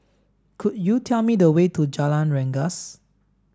could you tell me the way to Jalan Rengas